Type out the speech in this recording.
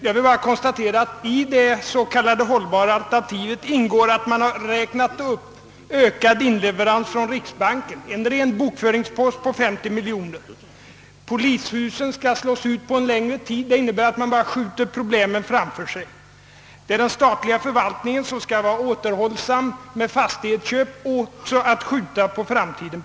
Jag konstaterar att det i detta s.k. hållbara alternativ ingår en uppräkning av leveransen från riksbanken — en ren bokföringspost på 50 miljoner. Polishusbyggandet skall slås ut över en längre tid — det innebär att man skjuter problemen framför sig. Den statliga förvaltningen skall vara återhållsam med fastighetsköp — också det innebär att man skjuter problemen på framtiden.